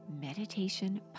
Meditation